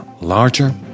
larger